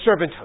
servanthood